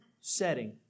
setting